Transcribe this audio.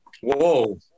Whoa